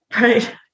Right